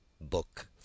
Book